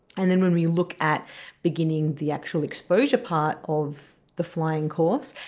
and then when we look at beginning the actual exposure part of the flying course,